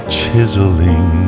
chiseling